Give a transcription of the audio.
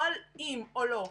לא על אם או לא.